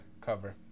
cover